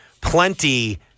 plenty